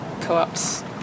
co-ops